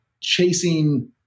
chasing